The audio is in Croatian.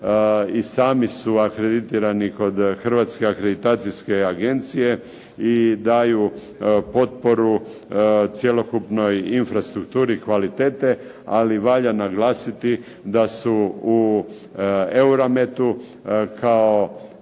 i sami su akreditirani kod Hrvatske akreditacijske agencije i daju potporu cjelokupnoj infrastrukturi kvalitete, ali valja naglasiti da su u Eurometu kao